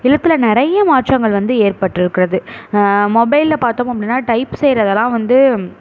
எழுத்தில் நிறைய மாற்றங்கள் வந்து ஏற்பட்டு இருக்குது மொபைலில் பார்த்தோம் அப்படினா டைப் செய்கிறதெல்லாம் வந்து